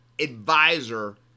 advisor